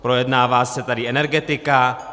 Projednává se tady energetika.